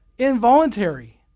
involuntary